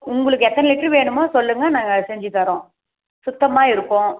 உங்களுக்கு எத்தனை லிட்ரு வேணுமோ சொல்லுங்கள் நாங்கள் செஞ்சு தர்றோம் சுத்தமாக இருக்கும்